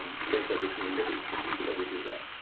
um strength as a community that we do that.